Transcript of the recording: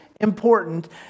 important